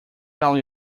tell